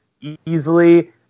easily